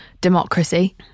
democracy